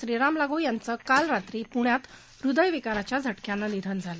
श्रीराम लागू यांचं काल रात्री पूण्यात हृदयविकाराच्या झटक्यानं निधन झालं